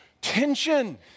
Tension